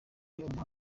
umuhanda